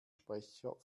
sprecher